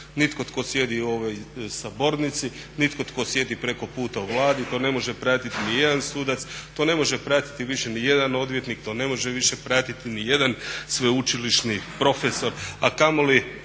nitko tko sjedi u ovoj sabornici, nitko tko sjedi preko puta u Vladi, to ne može pratit nijedan sudac, to ne može pratiti više nijedan odvjetnik, to ne može više pratiti nijedan sveučilišni profesor, a kamoli